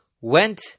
went